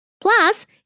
Plus